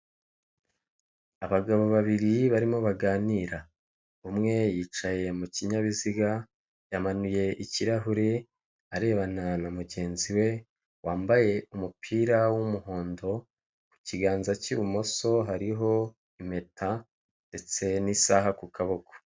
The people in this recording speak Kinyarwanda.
Abagabo babiri barimo baganira. Umwe yicaye mu kinyabiziga, yamanuye ikirahure, arebana na mugenzi we wambaye umupira w'umuhondo, ku kiganza cy'ibumoso hariho impeta, ndetse n'isaha ku kaboko.